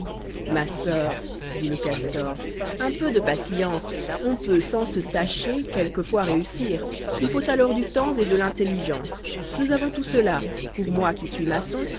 ma soeur dit le castor un peu de patience on peut sans se tacher quelquefois réussir i ii faut alors du terrips'et de l'intelligence nous avons tout cela pour moi qui suis maçon